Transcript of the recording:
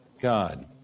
God